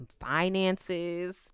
finances